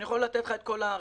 אני יכול לתת לך את כל הרשימה.